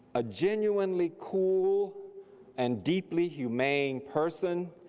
a genuinely cool and deeply humane person,